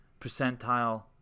percentile